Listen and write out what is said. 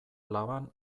laban